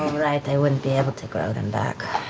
right, i wouldn't be able to grow them back.